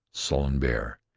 sullen bear,